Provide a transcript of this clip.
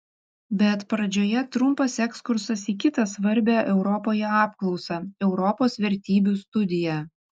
bet pradžioje trumpas ekskursas į kitą svarbią europoje apklausą europos vertybių studiją